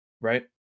Right